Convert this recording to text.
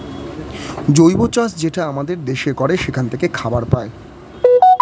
জৈব চাষ যেটা আমাদের দেশে করে সেখান থাকে খাবার পায়